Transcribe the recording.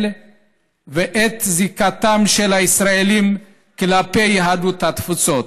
ואת זיקתם של הישראלים כלפי יהדות התפוצות.